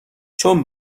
چون